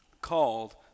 called